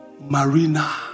Marina